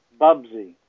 Bubsy